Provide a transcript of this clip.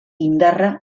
indarra